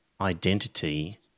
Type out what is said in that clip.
identity